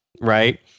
Right